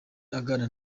aganira